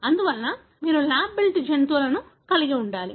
అందువల్ల మీరు lab build జంతువులను కలిగి ఉండాలి